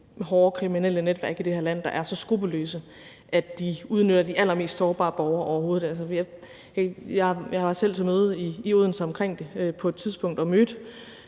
hårde kriminelle netværk i det her land, der er så skruppelløse, at de udnytter de allermest sårbare borgere. Altså, jeg var selv til møde i Odense omkring det på et tidspunkt og mødte